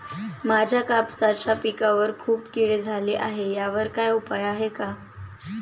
माझ्या कापसाच्या पिकावर खूप कीड झाली आहे यावर काय उपाय आहे का?